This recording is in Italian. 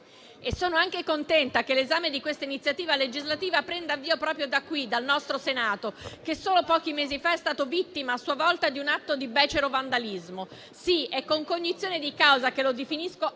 Sono anche contenta che l'esame di questa iniziativa legislativa prenda il via proprio da qui, dal nostro Senato, che solo pochi mesi fa è stato vittima a sua volta di un atto di becero vandalismo. Sì, è con cognizione di causa che lo definisco